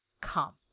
Come